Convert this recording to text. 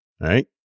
Right